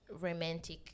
romantic